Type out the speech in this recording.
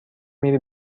میری